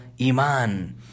iman